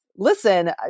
listen